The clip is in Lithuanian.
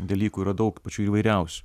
dalykų yra daug pačių įvairiausių